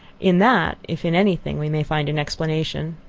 in that, if in any thing, we may find an explanation.